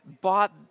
bought